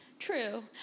True